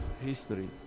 history